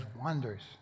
wonders